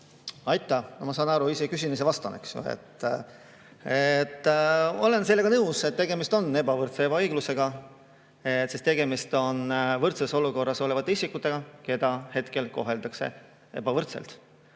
Aitäh! Ma saan aru – ise küsin, ise vastan, eks ju. Olen sellega nõus, et tegemist on ebavõrdse ebaõiglusega, sest tegemist on võrdses olukorras olevate isikutega, keda hetkel koheldakse ebavõrdselt.